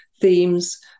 themes